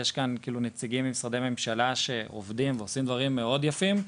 יש כאן נציגים ממשרדי ממשלה שעובדים ועושים דברים מאוד יפים,